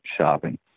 shopping